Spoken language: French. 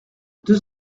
deux